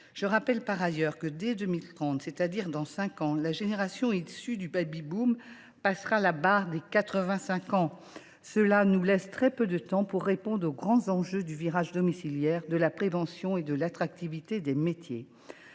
Je rappelle par ailleurs que, dès 2030, c’est à dire dans cinq ans, la génération issue du baby boom passera la barre des 85 ans. Cela nous laisse très peu de temps pour répondre aux grands enjeux du virage domiciliaire, de la prévention et de l’attractivité des métiers.